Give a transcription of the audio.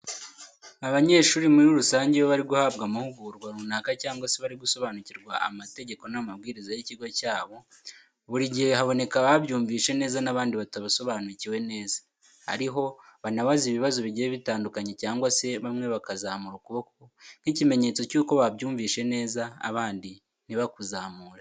Abanyeshuri muri rusange iyo bari guhabwa amahugurwa runaka cyangwa se bari gusobanurirwa amategeko n'amabwiriza y'ikigo cyabo, buri gihe haboneka ababyumvise neza n'abandi batabisobanukiwe neza, ariho banabaza ibibazo bigiye bitandukanye cyangwa se bamwe bakazamura ukuboko nk'ikimenyetso cy'uko babyumvise neza abandi ntibakuzamure.